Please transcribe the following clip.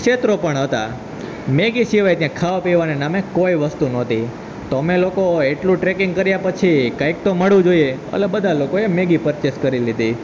ક્ષેત્રો પણ હતા મેગી સિવાય ત્યાં ખાવા પીવાંને નામે કોઈ વસ્તુ નહોતી તો અમે લોકો એટલું ટ્રેકિંગ કર્યા પછી કંઈક તો મળવું જોઈએ અટલે બધા લોકોએ મેગી પરચેસ કરી લીધી